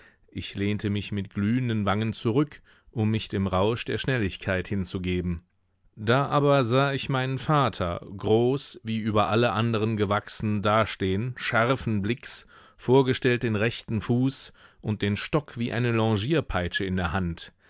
ich lehnte mich mit glühenden wangen zurück um mich dem rausch der schnelligkeit hinzugeben da aber sah ich meinen vater groß wie über alle anderen gewachsen dastehen scharfen blicks vorgestellt den rechten fuß und den stock wie eine longierpeitsche in der hand